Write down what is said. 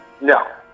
No